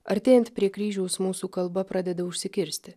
artėjant prie kryžiaus mūsų kalba pradeda užsikirsti